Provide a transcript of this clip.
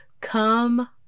come